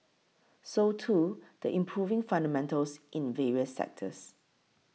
so too the improving fundamentals in various sectors